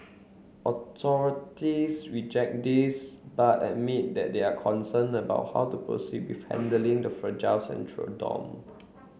authorities reject this but admit that they are concerned about how to proceed with handling the fragile central dome